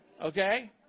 okay